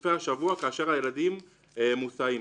ובסופי שבוע כאשר הילדים מוסעים.